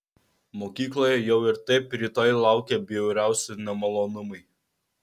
mokykloje jau ir taip rytoj laukė bjauriausi nemalonumai